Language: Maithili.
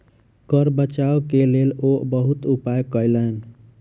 कर बचाव के लेल ओ बहुत उपाय कयलैन